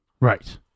Right